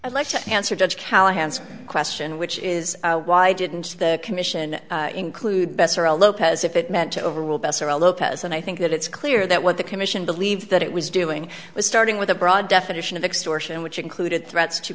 i'd like to answer judge callahan's question which is why didn't the commission include besar a lopez if it meant to overrule besar a lopez and i think that it's clear that what the commission believed that it was doing was starting with a broad definition of extortion which included threats to